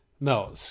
No